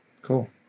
cool